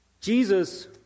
Jesus